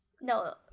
No